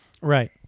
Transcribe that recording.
Right